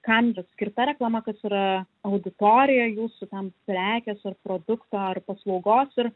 kam yra skirta reklama kas yra auditorija jūsų ten prekės ar produkto ar paslaugos ir